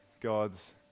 god's